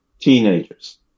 teenagers